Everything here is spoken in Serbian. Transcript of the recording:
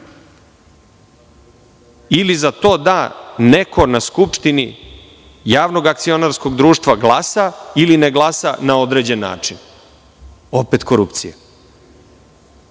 ili za to da neko na Skupštini javnog akcionarskog društva glasa ili ne glasa na određen način – opet korupcija.